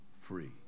free